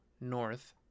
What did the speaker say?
North